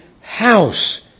house